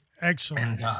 Excellent